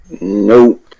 Nope